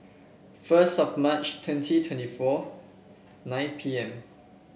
first of March twenty twenty four nine P M